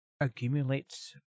accumulates